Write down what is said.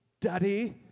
Daddy